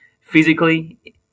physically